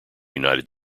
united